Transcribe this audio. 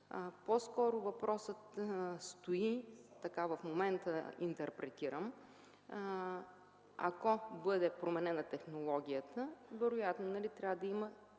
По-скоро въпросът стои – в момента интерпретирам, ако бъде променена технологията, вероятно трябва да има